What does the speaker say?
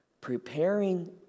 preparing